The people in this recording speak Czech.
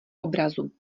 obrazu